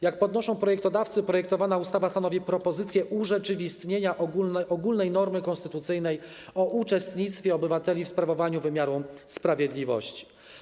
Jak podnoszą projektodawcy, projektowana ustawa stanowi propozycję urzeczywistnienia ogólnej normy konstytucyjnej o uczestnictwie obywateli w sprawowaniu wymiaru sprawiedliwości.